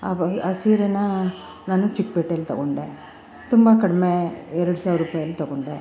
ಆ ಸೀರೇನ ನಾನು ಚಿಕ್ಕಪೇಟೇಲಿ ತಗೊಂಡೆ ತುಂಬ ಕಡಿಮೆ ಎರಡು ಸಾವಿರ ರೂಪಾಯಲ್ಲಿ ತಗೊಂಡೆ